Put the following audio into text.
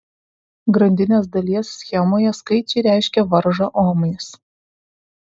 grandinės dalies schemoje skaičiai reiškia varžą omais